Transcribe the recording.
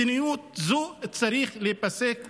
מדיניות זו צריכה להיפסק ומייד.